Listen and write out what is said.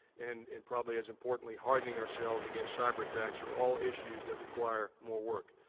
and and, probably as importantly, hardening ourselves against cyber attacks are all issues that require more work.